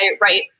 right